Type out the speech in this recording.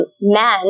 men